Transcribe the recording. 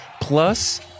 plus